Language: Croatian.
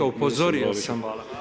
Upozorio sam.